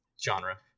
genre